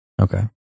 Okay